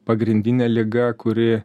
pagrindinė liga kuri